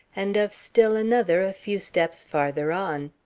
and of still another a few steps farther on.